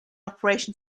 operation